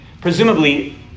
presumably